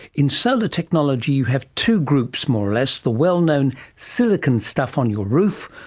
in solar technology you have two groups, more or less the well-known silicon stuff on your roof,